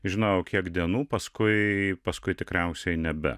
žinojau kiek dienų paskui paskui tikriausiai nebe